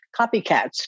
copycats